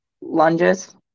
lunges